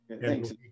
Thanks